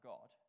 God